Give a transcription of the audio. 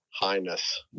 Highness